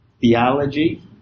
theology